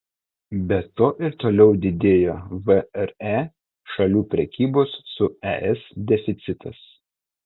be to ir toliau didėjo vre šalių prekybos su es deficitas